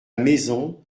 maison